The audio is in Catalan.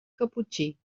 caputxí